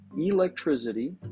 electricity